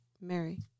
Mary